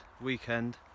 weekend